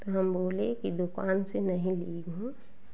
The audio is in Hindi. तो हम बोलें कि दुकान से नहीं ली हूँ